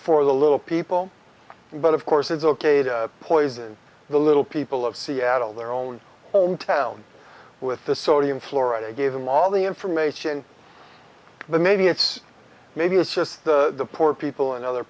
for the little people but of course it's ok to poison the little people of seattle their own hometown with the sodium florida gave them all the information the maybe it's maybe it's just the poor people in other